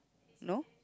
no